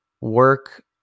work